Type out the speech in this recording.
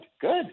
good